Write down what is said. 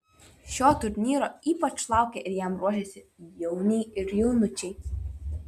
šio turnyro ypač laukia ir jam ruošiasi jauniai ir jaunučiai